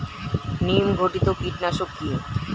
নিম ঘটিত কীটনাশক কি?